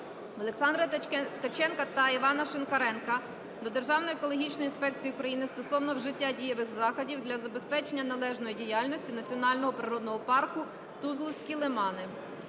Олександра Ткаченка та Івана Шинкаренка до Державної екологічної інспекції України стосовно вжиття дієвих заходів для забезпечення належної діяльності Національного природного парку "Тузловські лимани".